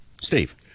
Steve